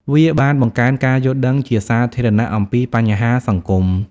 វាបានបង្កើនការយល់ដឹងជាសាធារណៈអំពីបញ្ហាសង្គម។